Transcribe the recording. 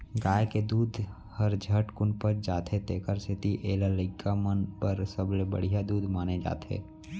गाय के दूद हर झटकुन पच जाथे तेकर सेती एला लइका मन बर सबले बड़िहा दूद माने जाथे